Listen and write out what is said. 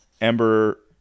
Ember